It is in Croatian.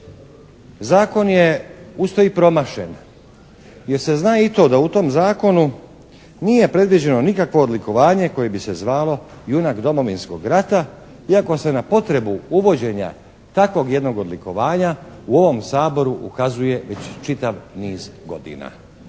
Zakon je uz to i promašen jer se zna i to da u tom zakonu nije predviđeno nikakvo odlikovanje koje bi se zvalo "JUNAK DOMOVINSKOG RATA" iako se na potrebu uvođenja takvog jednog odlikovanja u ovom Saboru ukazuje već čitav niz godina.